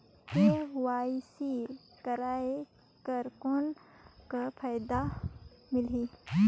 KYC कराय कर कौन का फायदा मिलही?